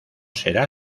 será